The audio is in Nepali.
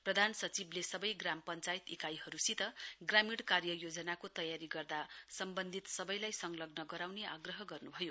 प्रधान सचिवले सबै ग्राम पञ्चायत इकाइहरूसित ग्रामीण कार्य योजनाको तयारी गर्दा सम्बन्धित सबैलाई सप्तग्न गराउने आग्रह गर्नुभयो